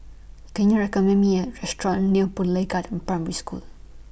Can YOU recommend Me A Restaurant near Boon Lay Garden Primary School